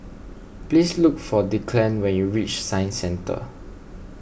please look for Declan when you reach Science Centre